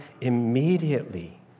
immediately